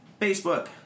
Facebook